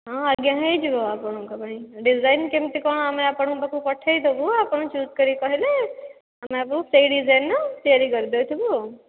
ହଁ ଆଜ୍ଞା ନେଇଯିବ ଆପଣଙ୍କ ପାଇଁ ଡିଜାଇନ କେମିତି କ'ଣ ଆମେ ଆପଣଙ୍କ ପାଖକୁ ପଠାଇଦେବୁ ଆପଣ ଚୁଜ୍ କରି କହିଲେ ଆମେ ଆପଣଙ୍କୁ ସେହି ଡିଜାଇନରେ ତିଆରି କରିଦେଇଥିବୁ ଆଉ